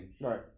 Right